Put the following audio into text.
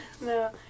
No